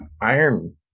iron